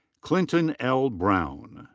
clinton l. brown.